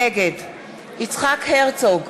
נגד יצחק הרצוג,